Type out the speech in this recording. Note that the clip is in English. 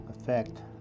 effect